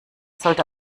sollte